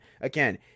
Again